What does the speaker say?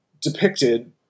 depicted